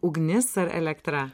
ugnis ar elektra